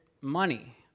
money